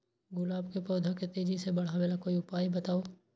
गुलाब के पौधा के तेजी से बढ़ावे ला कोई उपाये बताउ?